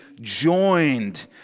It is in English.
joined